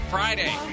Friday